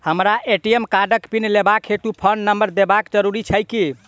हमरा ए.टी.एम कार्डक पिन लेबाक हेतु फोन नम्बर देबाक जरूरी छै की?